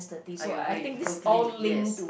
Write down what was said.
I agree totally yes